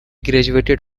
graduated